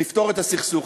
לפתור את הסכסוך.